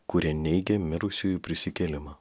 kurie neigė mirusiųjų prisikėlimą